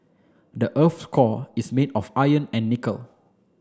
the earth's core is made of iron and nickel